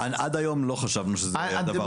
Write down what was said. עד היום לא חשבנו שזה דבר מתאים.